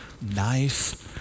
nice